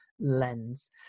lens